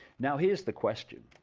now here is the question